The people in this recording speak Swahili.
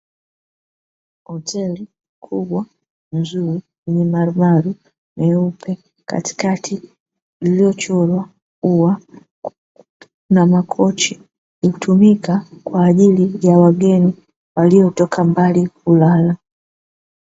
Hoteli kubwa nzuri yenye mandhari nyeupe, katikati iliyochorwa ua, na makochi hutumika kwa ajili ya wageni waliotoka mbali kulala.